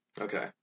Okay